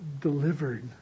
delivered